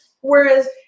Whereas